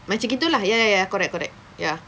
macam gitu lah ya ya ya correct correct ya